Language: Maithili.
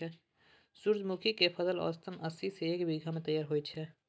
सूरजमुखी केर फसल औसतन अस्सी सँ एक सय बीस दिन मे तैयार होइ छै